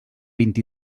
vint